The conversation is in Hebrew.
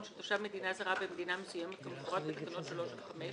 של תושב מדינה זרה במדינה מסוימת כמפורט בתקנות 3 עד 5,